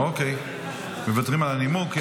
אוקיי, מוותרים על הנימוק.